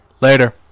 Later